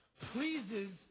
pleases